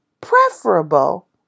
preferable